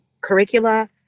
curricula